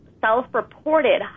self-reported